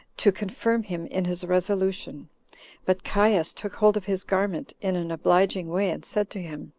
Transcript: to confirm him in his resolution but caius took hold of his garment, in an obliging way, and said to him,